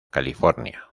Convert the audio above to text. california